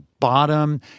Bottom